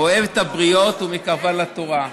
אוהב את הבריות ומקרבן לתורה"